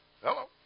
Hello